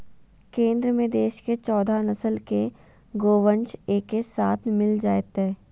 केंद्र में देश के चौदह नस्ल के गोवंश एके साथ मिल जयतय